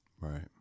Right